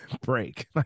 break